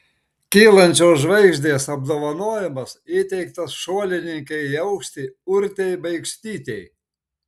kylančios žvaigždės apdovanojimas įteiktas šuolininkei į aukštį urtei baikštytei